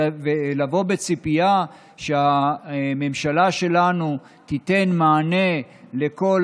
לבוא בציפייה שהממשלה שלנו תיתן מענה לכל